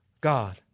God